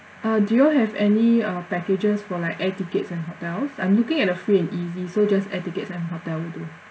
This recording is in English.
uh do you all have any uh packages for like air tickets and hotels I'm looking at a free and easy so just air tickets and hotel will do